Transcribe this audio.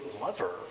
lover